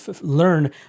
learn